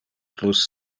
plus